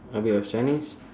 a bit of chinese